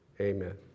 amen